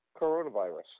coronavirus